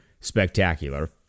spectacular